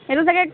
সেইটো চাগৈ